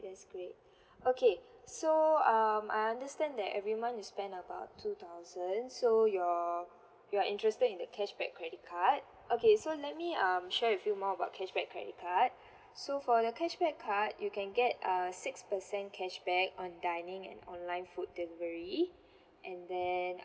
that's great okay so um I understand that every month you spend about two thousand so you're you're interested in the cashback credit card okay so let me um share with you more about cashback credit card so for the cashback card you can get err six percent cashback on dining and online food delivery and then